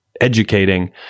educating